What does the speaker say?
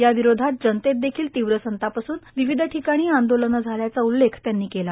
या विरोधात जनतेत देखिल तीव्र संताप असूल विविध ठिकाणी आंदोलनं झाल्याचा उल्लेख त्यांनी केला